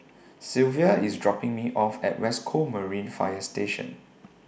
Sylvia IS dropping Me off At West Coast Marine Fire Station